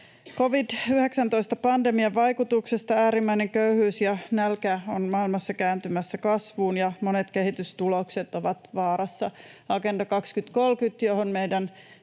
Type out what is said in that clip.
Covid-19-pandemian vaikutuksesta äärimmäinen köyhyys ja nälkä ovat maailmassa kääntymässä kasvuun ja monet kehitystulokset ovat vaarassa. Agenda 2030:n, johon meidän